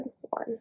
one